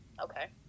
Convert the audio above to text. Okay